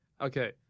okay